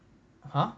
!huh!